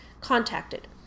Contacted